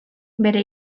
bere